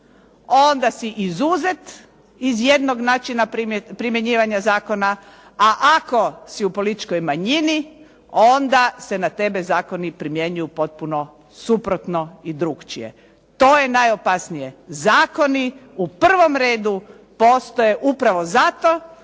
onda si izuzet iz jednog načina primjenjivanja zakona. A ako si u političkoj manjini onda se na tebe zakoni primjenjuju potpuno suprotno i drukčije. To je najopasnije. Zakoni u prvom redu postoje upravo zato